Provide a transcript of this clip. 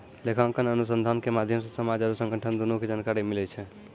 लेखांकन अनुसन्धान के माध्यम से समाज आरु संगठन दुनू के जानकारी मिलै छै